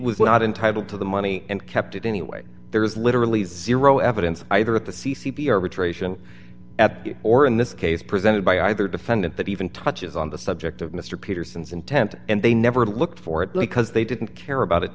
was not entitled to the money and kept it anyway there was literally zero evidence either at the c c p arbitration or in this case presented by either defendant that even touches on the subject of mr peterson's intent and they never looked for it lekas they didn't care about it